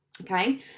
okay